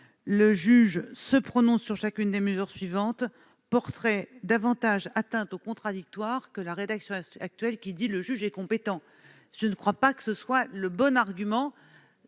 le juge « se prononce sur chacune des mesures suivantes » porterait davantage atteinte au contradictoire que la rédaction actuelle, selon laquelle le juge « est compétent ». Je ne crois pas que ce soit le bon argument